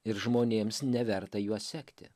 ir žmonėms neverta juo sekti